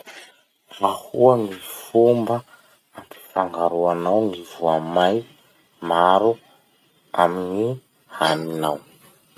Ahoa gny fomba ampifangaroanao gny voamay maro amy gny haninao?